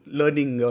learning